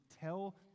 tell